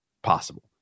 possible